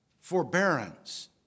forbearance